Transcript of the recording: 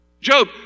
Job